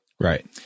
Right